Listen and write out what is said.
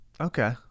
Okay